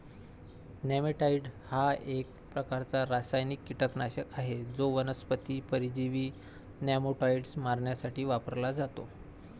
नेमॅटाइड हा एक प्रकारचा रासायनिक कीटकनाशक आहे जो वनस्पती परजीवी नेमाटोड्स मारण्यासाठी वापरला जातो